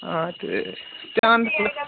आं ते ध्यान थोह्ड़ा